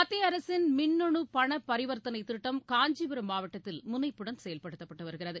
மத்தியஅரசின் மின்னுபணப் பரிவர்த்தனைதிட்டம் காஞ்சிபுரம் மாவட்டத்தில் முனைப்புடன் செயல்படுத்தப்பட்டுவருகிறது